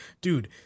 Dude